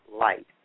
light